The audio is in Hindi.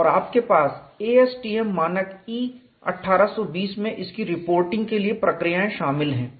और आपके ASTM मानक E1820 में इसकी रिपोर्टिंग के लिए प्रक्रियाएं शामिल हैं